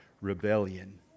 rebellion